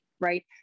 right